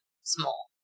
small